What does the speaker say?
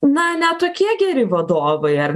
na ne tokie geri vadovai ar